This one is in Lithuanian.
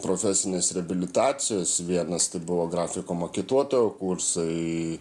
profesinės reabilitacijos vienas tai buvo grafiko maketuotojo kursai